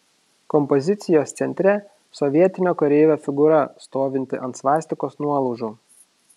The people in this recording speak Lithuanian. kompozicijos centre sovietinio kareivio figūra stovinti ant svastikos nuolaužų